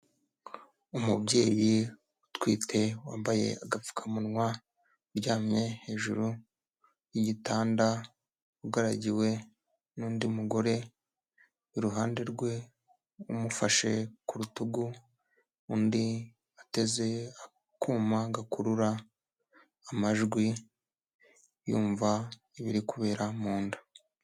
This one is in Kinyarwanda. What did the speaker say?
Umubyeyi utwite wambaye agapfukamunwa uryamye hejuru y'igitanda ugaragiwe n'undi mugore, i ruhande rwe umufashe ku rutugu undi ateze akuma gakurura amajwi yumva ibiri kubera mu nda.